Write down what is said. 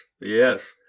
yes